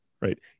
right